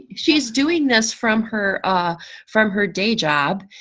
she's doing this from her ah from her day job.